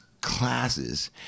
classes